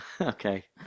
Okay